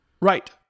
Right